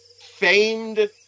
Famed